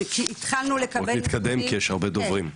התחלנו לקבל --- בוא נתקדם, כי יש הרבה דוברים.